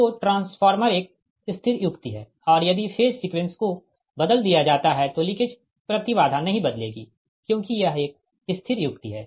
तो ट्रांसफार्मर एक स्थिर युक्ति है और यदि फेज सीक्वेंस को बदल दिया जाता है तो लीकेज प्रति बाधा नहीं बदलेगी क्योंकि यह एक स्थिर युक्ति है